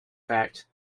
fact